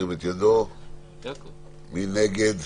מי נגד?